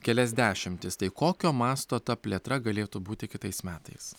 kelias dešimtis tai kokio masto ta plėtra galėtų būti kitais metais